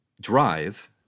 drive